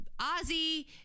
Ozzy